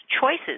choices